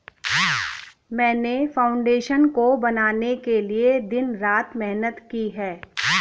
मैंने फाउंडेशन को बनाने के लिए दिन रात मेहनत की है